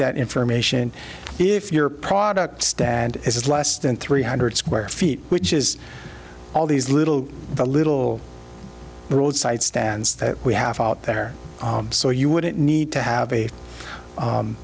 that information if your product stand is less than three hundred square feet which is all these little the little roadside stands that we have out there so you wouldn't need to have a